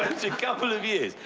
couple of years,